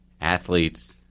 athletes